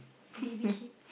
baby sheep